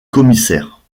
commissaire